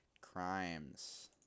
crimes